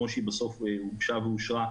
כמו שהיא בסוף הוגשה ואושרה,